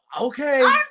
Okay